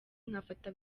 nkafata